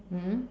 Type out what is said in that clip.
mm